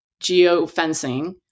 geofencing